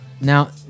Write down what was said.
now